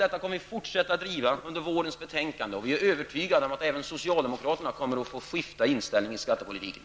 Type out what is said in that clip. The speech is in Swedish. Vi kommer att fortsätta att driva denna politik under våren, och vi är övertygade om socialdemokraterna kommer att få ändra inställning i skattepolitiken.